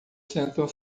sentam